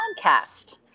podcast